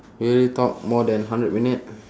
we already talk more than hundred minute